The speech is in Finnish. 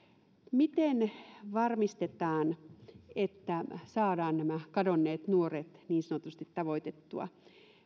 miten varmistetaan että saadaan nämä kadonneet nuoret niin sanotusti tavoitettua